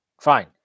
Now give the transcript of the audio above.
fine